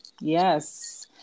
Yes